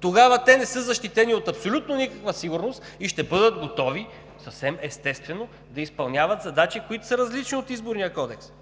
Тогава те не са защитени от абсолютно никаква сигурност и ще бъдат готови съвсем естествено да изпълняват задачи, които са различни от Изборния кодекс.